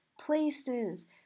places